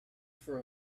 for